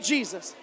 Jesus